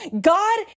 God